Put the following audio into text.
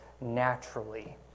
naturally